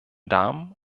damen